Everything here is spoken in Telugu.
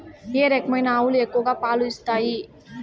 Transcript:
ఏ రకమైన ఆవులు ఎక్కువగా పాలు ఇస్తాయి?